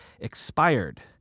expired